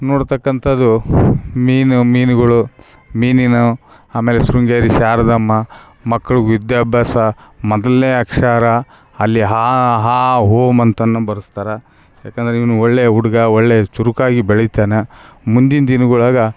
ನೋಡ್ತಕ್ಕಂಥದ್ದು ಮೀನು ಮೀನುಗಳು ಮೀನಿನ ಆಮೇಲೆ ಶೃಂಗೇರಿ ಶಾರದಮ್ಮ ಮಕ್ಳಿಗೆ ವಿದ್ಯಾಭ್ಯಾಸ ಮೊದ್ಲ್ನೇ ಅಕ್ಷರ ಅಲ್ಲಿ ಹ ಹಾ ಹೊಂ ಅಂತನ್ನು ಬರ್ಸ್ತಾರ ಯಾಕಂದರೆ ಇವನು ಒಳ್ಳೆಯ ಹುಡುಗ ಒಳ್ಳೆಯ ಚುರುಕಾಗಿ ಬೆಳಿತಾನೆ ಮುಂದಿನ ದಿನ್ಗೊಳಗ